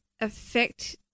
affect